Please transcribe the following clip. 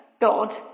God